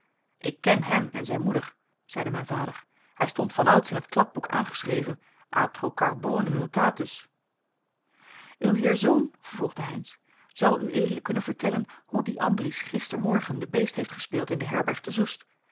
ik ken hem en zijn moeder zeide mijn vader hij stond vanouds in het kladboek aangeschreven atro carbone notatus uw heer zoon vervolgde heynsz zal uea kunnen vertellen hoe die andries gister morgen den beest heeft gespeeld in de herberg te zoest